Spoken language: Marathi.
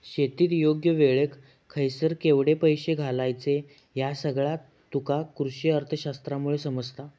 शेतीत योग्य वेळेक खयसर केवढे पैशे घालायचे ह्या सगळा तुका कृषीअर्थशास्त्रामुळे समजता